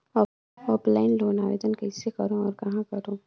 Offline loan आवेदन कइसे करो और कहाँ करो?